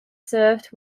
served